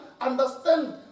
understand